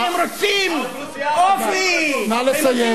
נא לסיים.